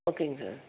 ஓகேங்க சார்